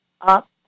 up